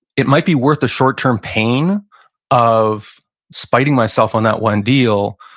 it might be worth the short-term pain of spiting myself on that one deal,